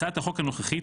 הצעת החוק הנוכחית